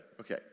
Okay